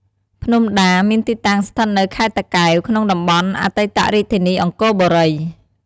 ភ្នំដា មានទីតាំង ស្ថិតនៅខេត្តតាកែវ ក្នុងតំបន់អតីតរាជធានីអង្គរបុរី។